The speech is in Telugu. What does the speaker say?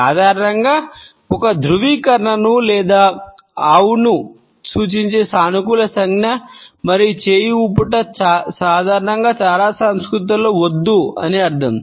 సాధారణంగా ఒక ధృవీకరణను లేదా అవును సూచించే సానుకూల సంజ్ఞ మరియు చేయి ఊపూట సాధారణంగా చాలా సంస్కృతులలో వద్దు అని అర్థం